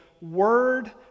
word